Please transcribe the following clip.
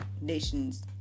nations